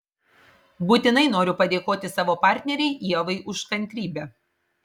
būtinai noriu padėkoti savo partnerei ievai už kantrybę